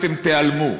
אתם תיעלמו.